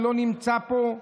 שלא נמצא פה?